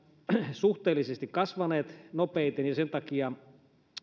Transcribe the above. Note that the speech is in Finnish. suhteellisesti kasvaneet nopeiten ja myös sen takia